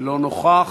לא נוכח,